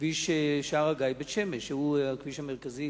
כביש שער-הגיא בית-שמש, שהוא כביש מרכזי.